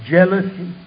Jealousy